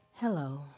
Hello